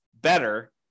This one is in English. better